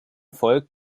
folgt